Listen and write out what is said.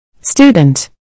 Student